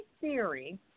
theory